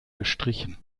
gestrichen